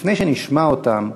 לפני שנשמע אותם,